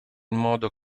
modo